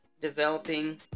developing